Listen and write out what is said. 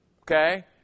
Okay